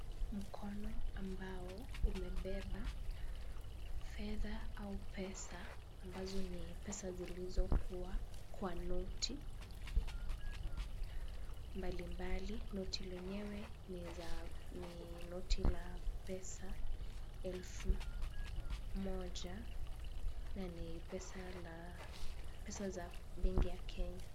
Mkono ambao umebeba fedha au pesa ambazo ni pesa zilizokuwa kwa noti mbalimbali. Noti lenyewe ni noti la pesa elfu moja na ni pesa za benki ya Kenya.